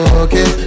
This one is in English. okay